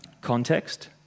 context